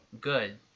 Good